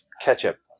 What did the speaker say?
ketchup